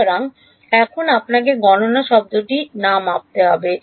সুতরাং এখন আপনাকে গণনা শব্দটি মাপতে হবে না